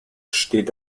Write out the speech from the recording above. steht